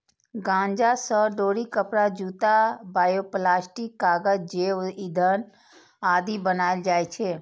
गांजा सं डोरी, कपड़ा, जूता, बायोप्लास्टिक, कागज, जैव ईंधन आदि बनाएल जाइ छै